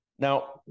Now